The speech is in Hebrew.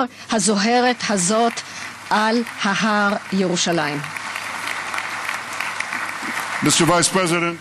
(מחיאות כפיים) Mr. Vice President,